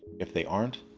if they aren't,